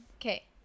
okay